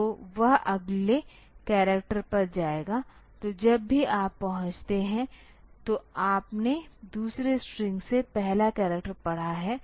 तो वह अगले करैक्टर पर जाएगा तो जब भी आप पहुंचते हैं तो आपने दूसरे स्ट्रिंग से पहला करैक्टर पढ़ा है